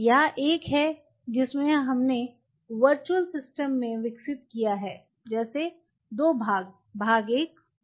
या एक है जिसे हमने वर्चुअल सिस्टम में विकसित किया है जैसे दो भाग भाग 1 भाग 2